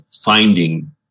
finding